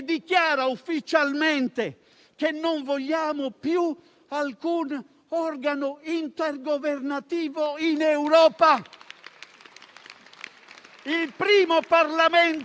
Il primo Parlamento in Europa che certifica la morte anticipata del MES.